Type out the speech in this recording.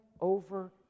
over